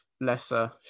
lesser